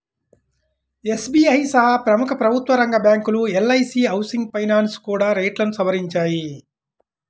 SBI సహా ప్రముఖ ప్రభుత్వరంగ బ్యాంకులు, ఎల్.ఐ.సీ హౌసింగ్ ఫైనాన్స్ కూడా రేట్లను సవరించాయి